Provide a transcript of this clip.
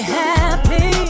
happy